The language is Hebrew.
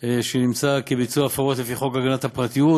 שנמצא כי ביצעו הפרות לפי חוק הגנת הפרטיות,